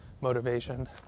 motivation